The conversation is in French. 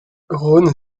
rené